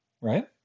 right